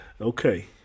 Okay